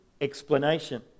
explanation